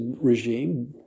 regime